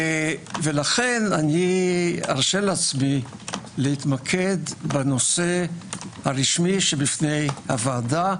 ולכן ארשה לעצמי להתמקד בנושא הרשמי שבפני הוועדה,